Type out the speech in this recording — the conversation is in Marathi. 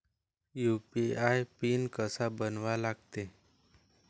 यू.पी.आय पिन कसा बनवा लागते?